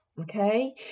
okay